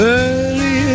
early